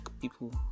people